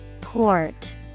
port